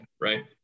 right